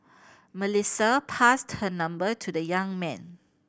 Melissa passed her number to the young man